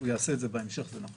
הוא יעשה את זה בהמשך, זה נכון.